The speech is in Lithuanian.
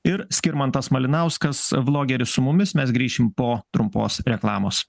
ir skirmantas malinauskas vlogeris su mumis mes grįšim po trumpos reklamos